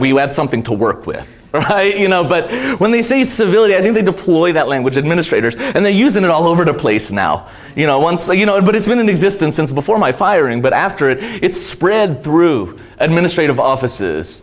had something to work with you know but when they see civility i do they deploy that language administrators and they use it all over the place now you know once a you know but it's been in existence since before my firing but after it it's spread through administrative offices